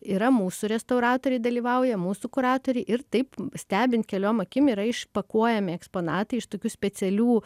yra mūsų restauratoriai dalyvauja mūsų kuratoriai ir taip stebint keliom akim yra išpakuojami eksponatai iš tokių specialių